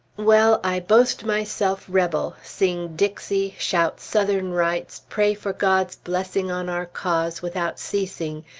well! i boast myself rebel, sing dixie, shout southern rights, pray for god's blessing on our cause, without ceasing,